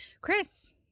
Chris